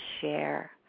share